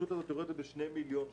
שני מיליון שקל.